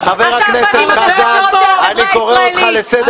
אתה הפנים המכוערות של החברה הישראלית.